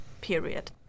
period